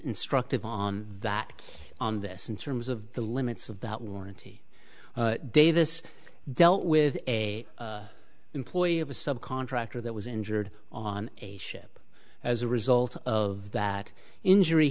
instructive on that on this in terms of the limits of that warranty davis dealt with a employee of a subcontractor that was injured on a ship as a result of that injury